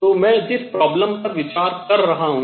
तो मैं जिस समस्या पर विचार कर रहा हूँ